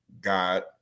God